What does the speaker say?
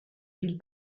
ville